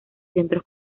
centros